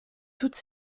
toutes